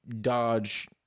Dodge